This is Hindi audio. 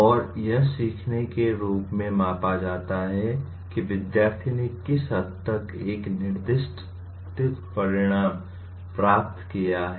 और यह सीखने के रूप में मापा जाता है कि विद्यार्थी ने किस हद तक एक निर्दिष्टित परिणाम प्राप्त किया है